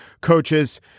coaches